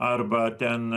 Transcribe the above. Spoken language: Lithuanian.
arba ten